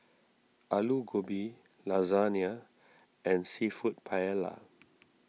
Alu Gobi Lasagna and Seafood Paella